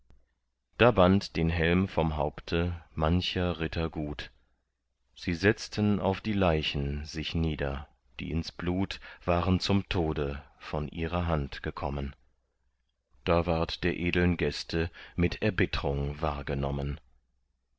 da band den helm vom haupte mancher ritter gut sie setzten auf die leichen sich nieder die ins blut waren zum tode von ihrer hand gekommen da ward der edeln gäste mit erbittrung wahrgenommen